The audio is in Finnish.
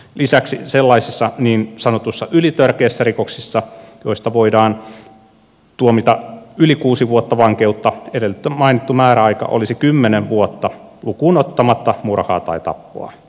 lisäksi sellaisissa niin sanotuissa ylitörkeissä rikoksissa joista voidaan tuomita yli kuusi vuotta vankeutta edellä mainittu määräaika olisi kymmenen vuotta lukuun ottamatta murhaa tai tappoa